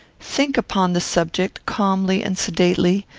think upon the subject calmly and sedately,